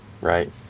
Right